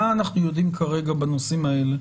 מה אנחנו יודעים כרגע בנושאים האלה?